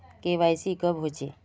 KYC कब होचे?